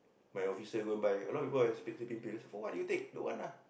my office here go and buy a lot of people leh sleep sleeping pill I say for what you take don't want lah